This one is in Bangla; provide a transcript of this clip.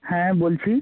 হ্যাঁ বলছি